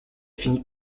finit